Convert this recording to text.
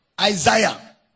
Isaiah